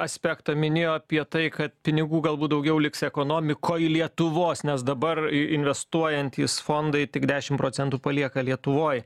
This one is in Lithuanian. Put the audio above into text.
aspektą minėjo apie tai kad pinigų galbūt daugiau liks ekonomikoj lietuvos nes dabar investuojantys fondai tik dešimt procentų palieka lietuvoj